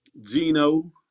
Gino